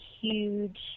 huge